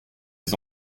les